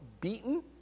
beaten